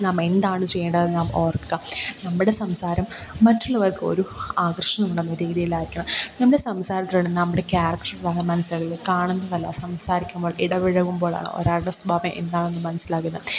നാം എന്താണ് ചെയ്യേണ്ടതെന്ന് നാം ഓർക്കുക നമ്മുടെ സംസാരം മറ്റുള്ളവർക്കൊരു ആകർഷണമുള്ള രീതിയിലായിരിക്കണം നമ്മുടെ സംസാരത്തിലൂടെ നമ്മുടെ ക്യാരക്റ്ററ് നമ്മൾ മനസിലാവുള്ളു കാണുന്നതല്ല സംസാരിക്കുമ്പോൾ ഇടപഴകുമ്പോഴാണ് ഒരാളുടെ സ്വാഭാവം എന്താണെന്ന് മനസ്സിലാകുന്നത്